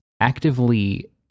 actively